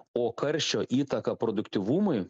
o karščio įtaka produktyvumui